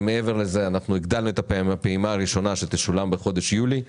ומעבר לזה אנחנו הגדלנו את הפעימה הראשונה שתשולם בחודש יולי.